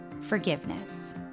forgiveness